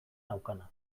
naukana